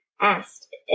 asked